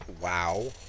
Wow